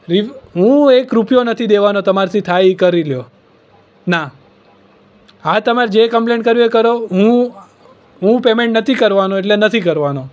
રી હું એક રૂપિયો નથી દેવાનો તમારથી થાય એ કરી લ્યો ના હા તમાર જે કમ્પ્લેન કરવી હોય એ કરો હું પેમેન્ટ નથી કરવાનો એટલે નથી કરવાનો